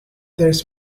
there’s